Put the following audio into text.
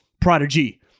prodigy